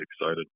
excited